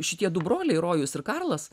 šitie du broliai rojus ir karlas